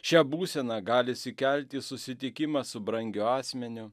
šią būseną gali sukelti susitikimas su brangiu asmeniu